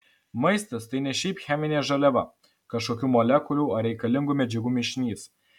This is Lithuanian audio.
maistas tai ne šiaip cheminė žaliava kažkokių molekulių ar reikalingų medžiagų mišinys